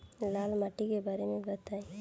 लाल माटी के बारे में बताई